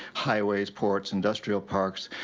highways, ports, industrial parks,